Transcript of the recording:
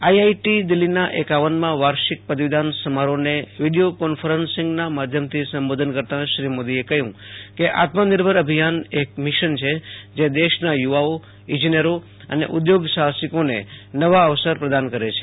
IIT દિલ્હીના એકાવનમા વાર્ષિક પદવીદાન સમારોહને વીડિયો કોનફરન્સિંગના માધ્યમથી સંબોધન કરતાં શ્રી મોદીએ કહ્યું કે આત્મનિર્ભર અભિયાન એક મિશન છે જે દેશના યુવાઓ ઇજનેરો તથા ઉદ્યોગ સાહસિકોને નવા અવસર પ્રદાન કરે છે